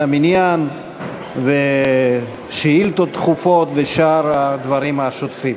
המניין ושאילתות דחופות ושאר הדברים השוטפים.